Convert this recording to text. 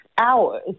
hours